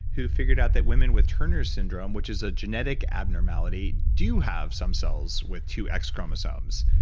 who figured out that women with turner syndrome, which is a genetic abnormality, do have some cells with two x chromosomes.